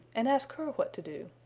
and ask her what to do.